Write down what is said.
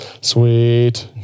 Sweet